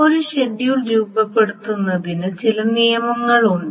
ഒരു ഷെഡ്യൂൾ രൂപപ്പെടുത്തുന്നതിന് ചില നിയമങ്ങളുണ്ട്